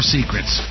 Secrets